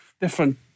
Different